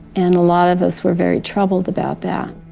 and a lot of us were very troubled about that.